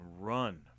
run